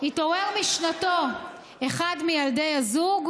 התעורר משנתו אחד מילדי הזוג,